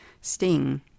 sting